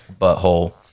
butthole